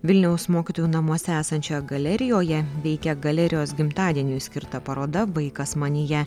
vilniaus mokytojų namuose esančioje galerijoje veikia galerijos gimtadieniui skirta paroda vaikas manyje